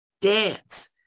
dance